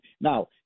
Now